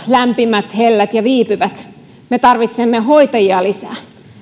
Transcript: lämpimät hellät ja viipyvät me tarvitsemme hoitajia lisää